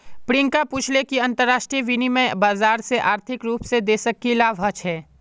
प्रियंका पूछले कि अंतरराष्ट्रीय विनिमय बाजार से आर्थिक रूप से देशक की लाभ ह छे